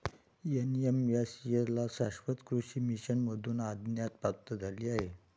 NMSA ला शाश्वत कृषी मिशन मधून आज्ञा प्राप्त झाली आहे